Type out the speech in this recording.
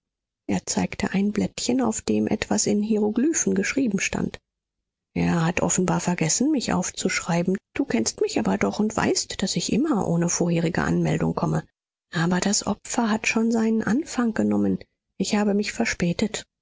er zeigte ein blättchen auf dem etwas in hieroglyphen geschrieben stand er hat offenbar vergessen mich aufzuschreiben du kennst mich aber doch und weißt daß ich immer ohne vorherige anmeldung komme aber das opfer hat schon seinen anfang genommen ich habe mich verspätet